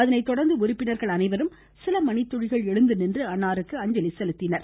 அதனை தொடர்ந்து உறுப்பினர்கள் அனைவரும் சில மணித்துளிகள் எழுந்துநின்று அன்னாருக்கு அஞ்சலி செலுத்தினர்